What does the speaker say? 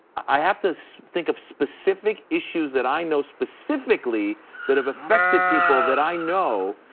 i have to think of specific issues that i know specifically that have affected people that i know.